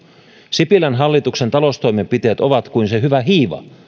sipilän hallituksen taloustoimenpiteet ovat kuin se hyvä hiiva